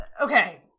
okay